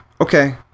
okay